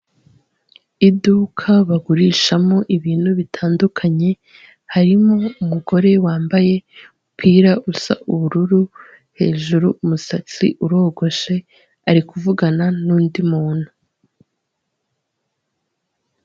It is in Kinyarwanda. Iduka bagurishamo ibintu bitandukanye, harimo umugore wambaye umupira usa ubururu, hejuru umusatsi urogoshe, ari kuvugana n'undi muntu.